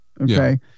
Okay